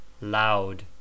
loud